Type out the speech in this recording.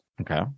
Okay